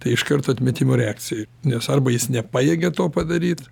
tai iš karto atmetimo reakcija nes arba jis nepajėgia to padaryt